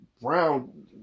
Brown